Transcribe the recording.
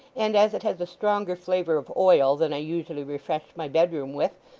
and as it has a stronger flavour of oil than i usually refresh my bedroom with,